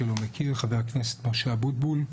הכנסת.